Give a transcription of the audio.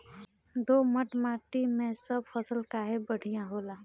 दोमट माटी मै सब फसल काहे बढ़िया होला?